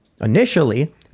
Initially